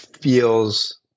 feels